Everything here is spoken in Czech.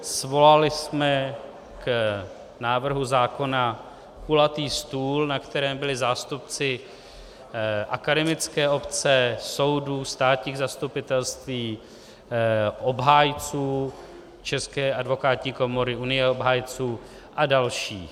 Svolali jsme k návrhu zákona kulatý stůl, na kterém byli zástupci akademické obce, soudů, státních zastupitelství, obhájců České advokátní komory, Unie obhájců a další.